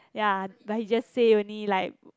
ya but he just say only like